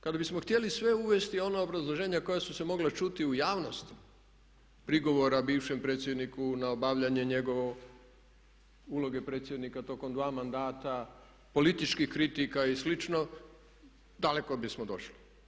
Kada bismo htjeli sve uvesti ona obrazloženja koja su se mogla čuti u javnosti, prigovora bivšem predsjedniku na obavljanje njegove uloge predsjednika tokom 2 mandata, političkih kritika i slično daleko bismo došli.